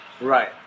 Right